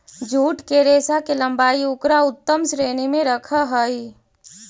jute के रेशा के लम्बाई उकरा उत्तम श्रेणी में रखऽ हई